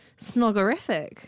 snoggerific